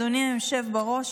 אדוני היושב בראש,